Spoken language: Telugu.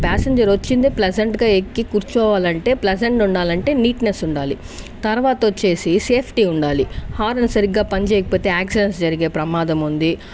ప్యాసింజర్ వచ్చిందే ప్లజెంట్గా ఎక్కి కూర్చోవాలంటే ప్లజెంట్ ఉండాలంటే నీట్నెస్ ఉండాలి తర్వాత వచ్చేసి సేఫ్టీ ఉండాలి హారన్ సరిగ్గా పని చేయకపోతే యాక్సిడెంట్స్ జరిగే ప్రమాదం ఉంది